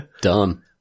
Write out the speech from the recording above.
Done